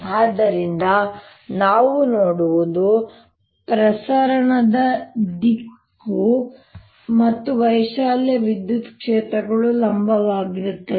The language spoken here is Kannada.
ಆದ್ದರಿಂದ ನಾವು ನೋಡುವುದು ಪ್ರಸರಣ ದಿಕ್ಕು ಮತ್ತು ವೈಶಾಲ್ಯ ವಿದ್ಯುತ್ ಕ್ಷೇತ್ರವು ಲಂಬವಾಗಿರುತ್ತದೆ